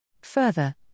Further